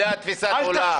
זאת תפיסת העולם.